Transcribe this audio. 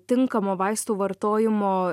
tinkamo vaistų vartojimo